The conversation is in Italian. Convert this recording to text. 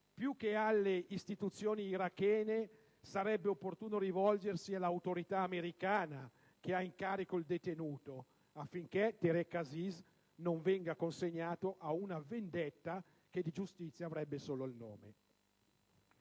più che alle istituzioni irachene sarebbe opportuno rivolgersi all'autorità americana, che ha in carico il detenuto, affinché Tareq Aziz non venga consegnato a una vendetta che di giustizia avrebbe solo il nome.